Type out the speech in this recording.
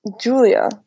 Julia